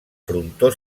frontó